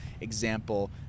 example